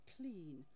clean